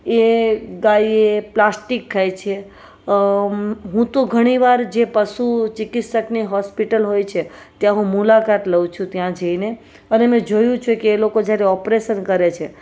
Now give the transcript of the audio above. એ ગાય એ પ્લાસ્ટિક ખાય છે હું તો ઘણીવાર જે પશુ ચિકિત્સકની હોસ્પિટલ હોય છે ત્યાં હું મુલાકાત લઉં છું ત્યાં જઈને અને મેં જોયું છે કે એ લોકો જ્યારે ઓપરેસન કરે છે